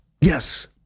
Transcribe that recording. yes